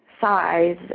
size